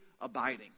abiding